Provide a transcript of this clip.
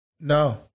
No